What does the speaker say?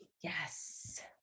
Yes